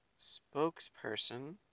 spokesperson